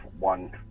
one